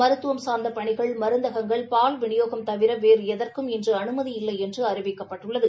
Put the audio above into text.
மருத்துவம் சார்ந்த பணிகள் மருந்தகங்கள் பால்விநியோகம் தவிர வேறு எதற்கும் இன்று அனுமதியில்லை என்று அறிவிக்கப்பட்டுள்ளது